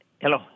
Hello